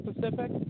Pacific